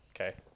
Okay